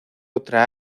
otra